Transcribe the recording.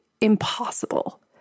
impossible